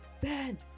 Ben